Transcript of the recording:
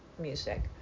music